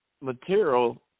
material